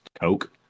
Coke